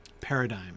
paradigm